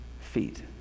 feet